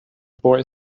boy